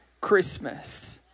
Christmas